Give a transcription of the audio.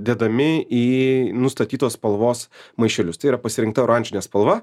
dedami į nustatytos spalvos maišelius tai yra pasirinkta oranžine spalva